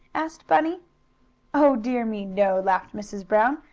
asked bunny oh dear me, no! laughed mrs. brown.